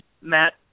Matt